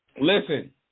Listen